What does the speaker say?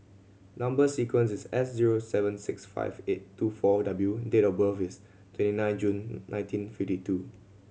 number sequence is S zero seven six five eight two four W and date of birth is twenty nine June nineteen fifty two